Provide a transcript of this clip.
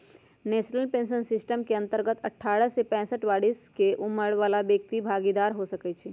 national pension system के अंतर्गत अठारह से पैंसठ बरिश के उमर बला व्यक्ति भागीदार हो सकइ छीन्ह